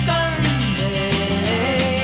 Sunday